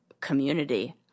community